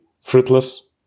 fruitless